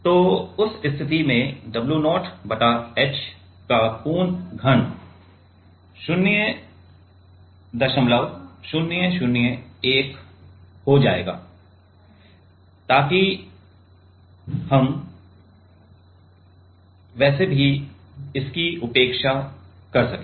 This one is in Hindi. तो उस स्थिति में W 0 बटा h पूर्ण घन 0001 हो जाएगा ताकि हम वैसे भी उपेक्षा कर सकें